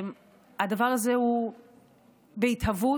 הדבר הזה הוא בהתהוות.